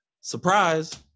Surprise